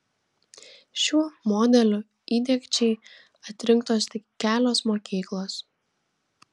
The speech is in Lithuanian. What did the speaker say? šių modelių įdiegčiai atrinktos tik kelios mokyklos